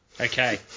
okay